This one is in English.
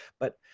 but